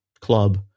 club